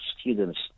students